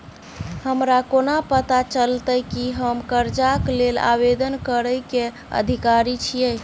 हमरा कोना पता चलतै की हम करजाक लेल आवेदन करै केँ अधिकारी छियै?